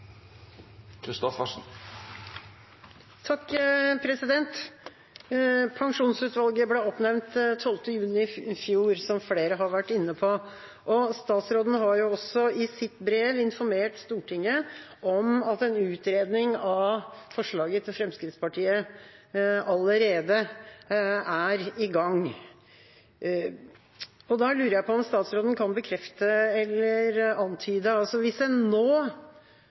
Pensjonsutvalget ble oppnevnt 12. juni i fjor, noe flere har vært inne på, og statsråden har i sitt brev informert Stortinget om at en utredning av forslaget fra Fremskrittspartiet allerede er i gang. Da lurer jeg på om statsråden kan bekrefte eller antyde – altså: Hvis en nå,